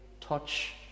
touch